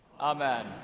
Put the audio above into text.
Amen